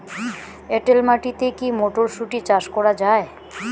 এটেল মাটিতে কী মটরশুটি চাষ করা য়ায়?